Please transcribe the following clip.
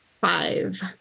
Five